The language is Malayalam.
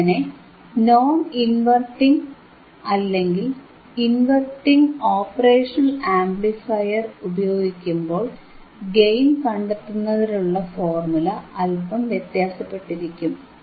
ഇങ്ങനെ നോൺ ഇൻവെർട്ടിംഗ് അല്ലെങ്കിൽ ഇൻവെർട്ടിംഗ് ഓപ്പറേഷണൽ ആംപ്ലിഫയർ ഉപയോഗിക്കുമ്പോൾ ഗെയിൻ കണ്ടെത്തുന്നതിനുള്ള ഫോർമുല അല്പം വ്യത്യാസപ്പെട്ടിരിക്കും